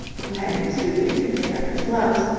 who had been stooping to pick up his gloves,